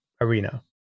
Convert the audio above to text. arena